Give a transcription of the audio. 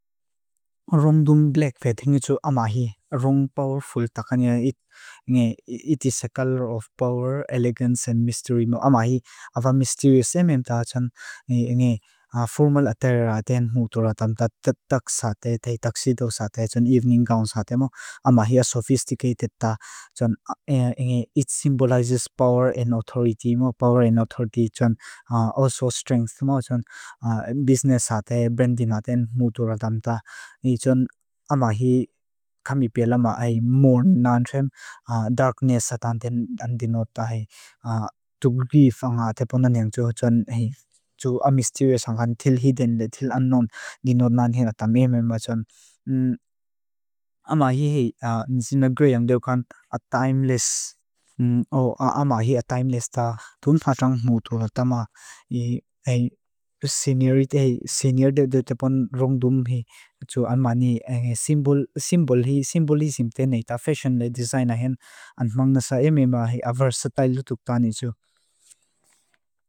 Rung dung lek vedhingu tsu amahi. Rung powerful takani. It is a color of power, elegance and mystery. Amahi. Ava mysterious emem ta. Formal attire raatein mutu raatam ta. Tatak saate, taitaksido saate, evening gown saate mo. Amahi. A sophisticated ta. It symbolizes power and authority mo. Power and authority. Also strength mo. Amahi. Business saate, branding raatein mutu raatam ta. Ni tsun amahi kamipela ma. A more nantrem. Darkness saate. To grieve. A mysterious. Till hidden. Till unknown. Amahi. A timeless. Amahi. A timeless ta. Rung dung lek vedhingu tsu amahi. Rung powerful takani. Rung powerful. It is a color of power, elegance and mystery. Amahi. Symbol. Symbolism ta. Fashion. Design. Amahi. Ava mysterious emem ta.